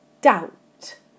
doubt